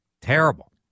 terrible